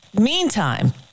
Meantime